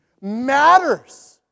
matters